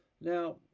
Now